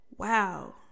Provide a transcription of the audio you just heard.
wow